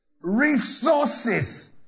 resources